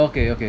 okay okay